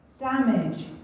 Damage